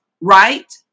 right